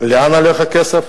לאן הולך הכסף?